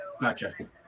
Gotcha